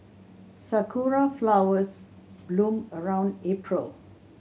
sakura flowers bloom around April